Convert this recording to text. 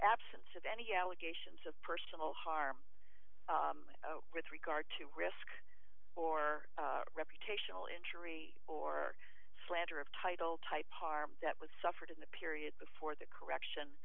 absence of any allegations of personal harm with regard to risk or reputational injury or slander of title type harm that was suffered in the period before the correction